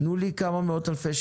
תנו לי כמה מאות אלפי שקלים,